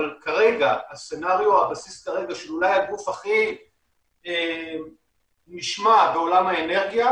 אבל כרגע הסצנריו של אולי הגוף הכי נשמע בעולם האנרגיה